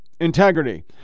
integrity